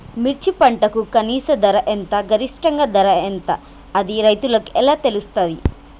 మిర్చి పంటకు కనీస ధర ఎంత గరిష్టంగా ధర ఎంత అది రైతులకు ఎలా తెలుస్తది?